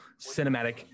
Cinematic